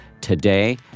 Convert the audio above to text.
today